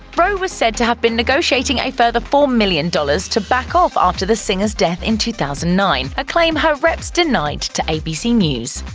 rowe was said to have been negotiating a further four million dollars to back off after the singer's death in two thousand and nine, a claim her reps denied to abc news.